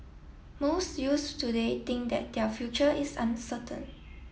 most youths today think that their future is uncertain